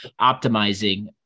optimizing